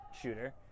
shooter